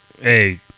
hey